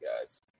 guys